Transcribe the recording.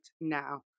now